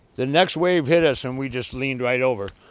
the next wave hit us, and we just leaned right over.